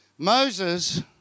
Moses